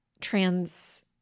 trans